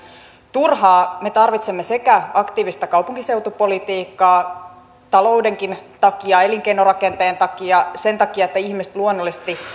turhaa me tarvitsemme aktiivista kaupunkiseutupolitiikkaa taloudenkin takia elinkeinorakenteen takia sen takia että ihmiset luonnollisesti